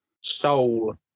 Soul